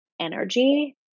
energy